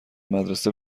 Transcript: مدرسه